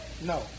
No